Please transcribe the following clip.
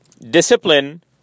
Discipline